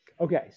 Okay